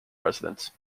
residents